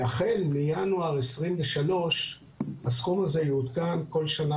והחל מינואר 2023 הסכום הזה יעודכן כל שנה